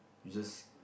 you just